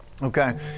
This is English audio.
Okay